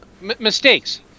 Mistakes